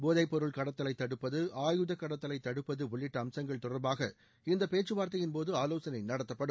போதைப்பொருள் கடத்தலை தடுப்பது ஆயுத கடத்தலை தடுப்பது உள்ளிட்ட அம்சங்கள் தொடர்பாக இந்த பேச்சுவார்த்தையின்போது ஆவோசனை நடத்தப்படும்